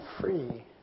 free